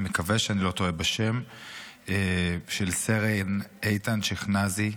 אני מקווה שאני לא טועה בשם של סרן איתן שכנזי,